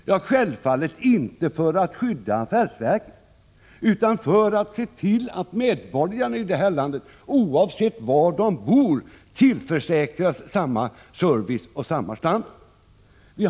Ja, självfallet är det inte för att skydda affärsverken utan för att se till att medborgarna i detta land, oavsett var de bor, tillförsäkras samma service och samma standard.